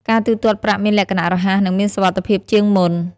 ការទូទាត់ប្រាក់មានលក្ខណៈរហ័សនិងមានសុវត្ថិភាពជាងមុន។